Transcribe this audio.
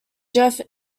jeff